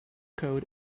code